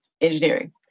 engineering